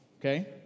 okay